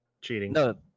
Cheating